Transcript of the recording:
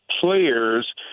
players